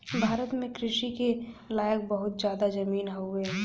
भारत में कृषि के लायक बहुत जादा जमीन हउवे